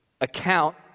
account